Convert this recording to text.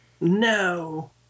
No